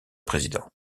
président